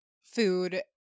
food